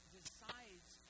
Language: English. decides